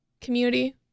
community